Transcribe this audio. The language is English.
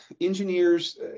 engineers